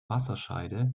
wasserscheide